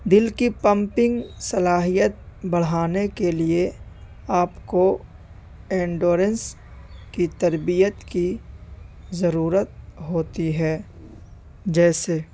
دل کی پمپنگ صلاحیت بڑھانے کے لیے آپ کو انڈورنس کی تربیت کی ضرورت ہوتی ہے جیسے